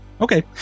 Okay